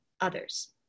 others